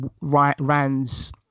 Rand's